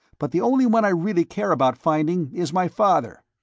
but the only one i really care about finding is my father.